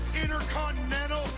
Intercontinental